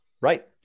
Right